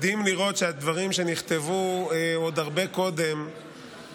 מדהים לראות שהדברים שנכתבו עוד הרבה קודם,